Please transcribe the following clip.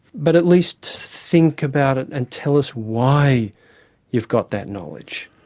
but at least think about it and tell us why you've got that knowledge.